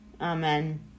Amen